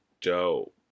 dope